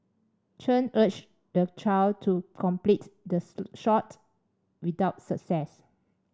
chen urged the child to complete the shot without success